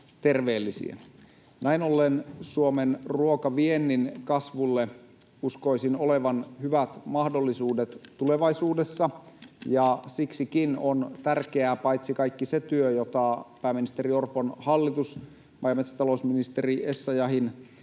Näin ollen Suomen ruokaviennin kasvulle uskoisin olevan hyvät mahdollisuudet tulevaisuudessa. Siksikin on tärkeää paitsi kaikki se työ, jota pääministeri Orpon hallitus maa- ja metsätalousministeri Essayahin